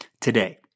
today